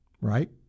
right